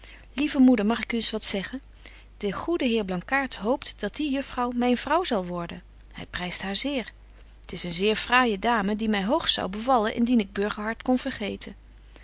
lieve moeder mag ik u eens wat zeggen de goede heer blankaart hoopt dat die juffrouw myn vrouw zal worden hy pryst haar zeer t is een zeer fraaije dame die my hoogst zou bevallen indien ik burgerhart kon vergeten